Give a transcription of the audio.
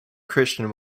christian